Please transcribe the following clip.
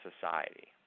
society